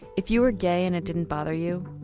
if you were gay and it didn't bother you,